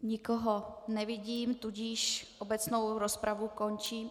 Nikoho nevidím, tudíž obecnou rozpravu končím.